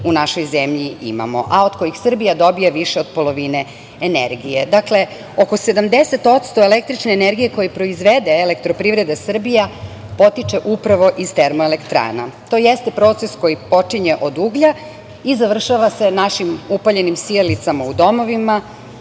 u našoj zemlji imamo, a od kojih Srbija dobija više od polovine energije. Dakle, oko 70% električne energije koju proizvede EPS potiče upravo iz termoelektrana. To jeste proces koji počinje od uglja i završava se našim upaljenim sijalicama u domovima